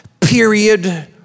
period